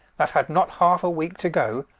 that had not halfe a weeke to go,